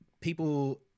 people